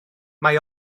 mae